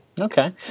Okay